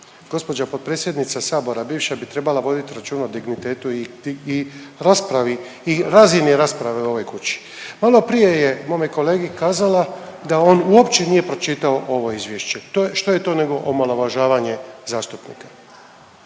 Gđa potpredsjednica Sabora bivša bi trebala voditi računa o dignitetu i raspravi i razini rasprave u ovoj kući. Maloprije je mome kolegi kazala da on uopće nije pročitao ovo Izvješće, što je to nego omalovažavanje zastupnika?